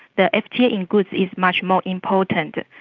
the fta in goods is much more important,